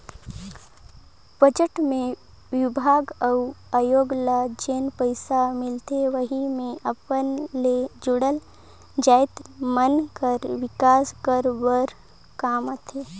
budget मे बिभाग अउ आयोग ल जेन पइसा मिलथे वहीं मे अपन ले जुड़ल जाएत मन कर बिकास बर काम करथे